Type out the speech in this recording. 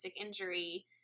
injury